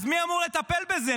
אז מי אמור לטפל בזה?